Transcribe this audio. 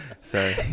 Sorry